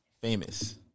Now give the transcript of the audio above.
famous